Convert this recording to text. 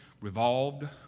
revolved